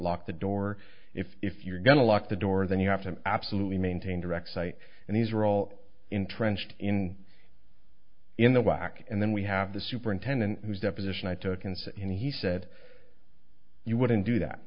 lock the door if if you're going to lock the door then you have to absolutely maintain direct sight and these are all entrenched in in the back and then we have the superintendent who's deposition i took and said he said you wouldn't do that